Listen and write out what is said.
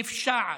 נפשעת.